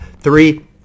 three